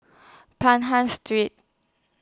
Pahang Street